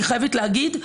אני חייבת להגיד,